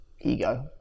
ego